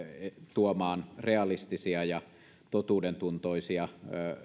tuomaan realistisia ja totuudentuntoisia